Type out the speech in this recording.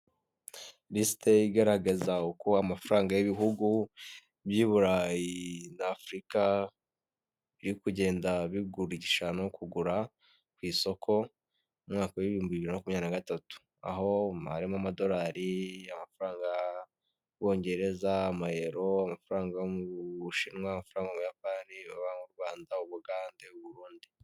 Lisite igaragaza uko amafaranga y'ibihugu by'i Burayi na Afurika biri kugenda bigurisha no kugura ku isoko umwaka w'ibihumbi makumyabiri na gatatu, aho harimo amadolari y'amafaranga y'u Bwongereza, Amayero, amafaranga yo mu Bushinwa, amafaranga yo mu Buyapani, ayo mu Rwanda, Ubugande, Uburundi.